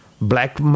Black